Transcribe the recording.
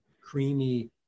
creamy